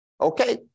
okay